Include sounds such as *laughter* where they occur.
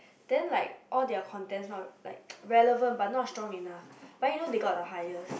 then like all their contents not like *noise* relevant but not strong enough but you know they got the highest